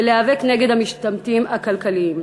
ולהיאבק נגד המשתמטים הכלכליים.